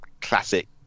classic